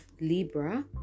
libra